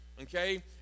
okay